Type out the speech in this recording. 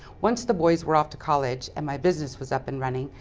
once the boys were off to college and my business was up and running,